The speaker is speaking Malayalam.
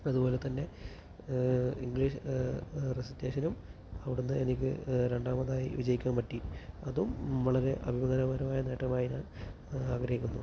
അതുപോലെ തന്നെ ഇംഗ്ലീഷ് റേസിറ്റേഷനും അവിടെന്ന് എനിക്ക് രണ്ടാമതായി വിജയിക്കാൻ പറ്റി അതും വളരെ അഭിമാനകരമായ നേട്ടമായി ഞാൻ ആഗ്രഹിക്കുന്നു